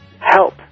Help